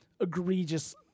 egregious